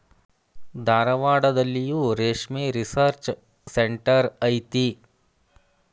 ಧಾರವಾಡದಲ್ಲಿಯೂ ರೇಶ್ಮೆ research centre ಐತಿ